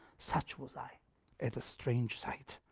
such was i at a strange sight.